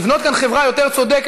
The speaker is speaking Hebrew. לבנות כאן חברה יותר צודקת,